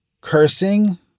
cursing